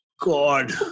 God